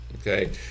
Okay